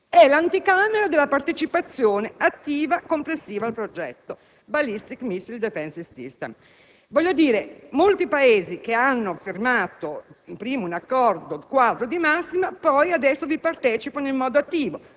è l'anticamera della partecipazione attiva complessiva al progetto *Ballistic* *Missile* *Defense* *System*. Molti Paesi che hanno firmato inizialmente un accordo quadro di massima adesso vi partecipano in modo attivo: